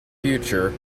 future